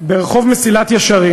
ברחוב מסילת ישרים,